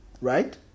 right